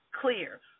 clear